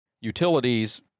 Utilities